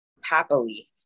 happily